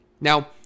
Now